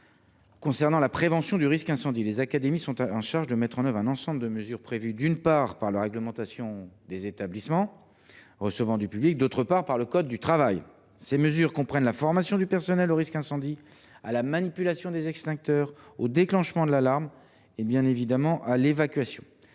Concernant la prévention du risque incendie, les académies sont chargées de mettre en œuvre l’ensemble des mesures prévues, d’une part, par la réglementation des établissements recevant du public, d’autre part, par le code du travail. Ces mesures comprennent la formation du personnel au risque incendie, à la manipulation des extincteurs, au déclenchement de l’alarme et, bien évidemment, à l’évacuation.